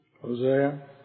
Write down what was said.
Hosea